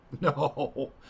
no